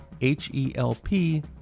H-E-L-P